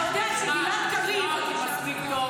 אתה יודע שגלעד קריב --- את מכירה אותי מספיק טוב.